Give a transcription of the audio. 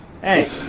Hey